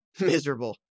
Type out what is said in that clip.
Miserable